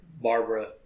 Barbara